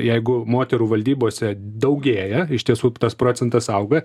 jeigu moterų valdybose daugėja iš tiesų tas procentas auga